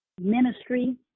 ministry